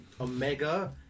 Omega